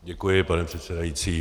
Děkuji, pane předsedající.